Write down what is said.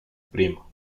primo